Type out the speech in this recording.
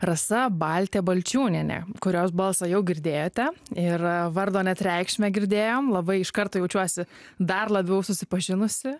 rasa baltė balčiūnienė kurios balsą jau girdėjote ir vardo net reikšmę girdėjom labai iš karto jaučiuosi dar labiau susipažinusi